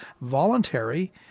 voluntary